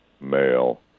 male